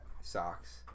Socks